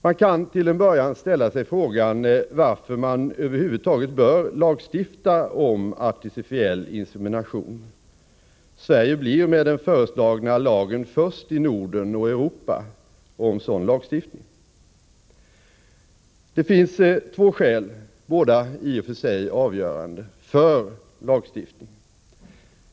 Man kan till en början ställa sig frågan varför man över huvud taget bör lagstifta om artificiell insemination — Sverige blir med den föreslagna lagen först i Norden och Europa om sådan lagstiftning. Det finns två skäl, båda i och för sig avgörande, för lagstiftning.